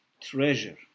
treasure